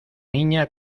niña